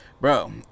bro